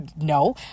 no